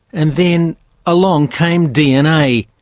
and then along came dna,